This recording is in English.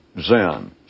Zen